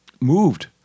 moved